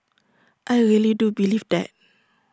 I really do believe that